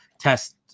test